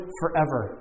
forever